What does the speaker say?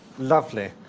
lovely.